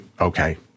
okay